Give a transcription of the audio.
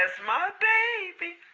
that's my baby.